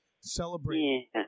celebrating